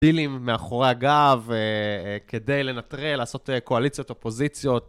פילים מאחורי הגב כדי לנטרל לעשות קואליציות, אופוזיציות